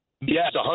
Yes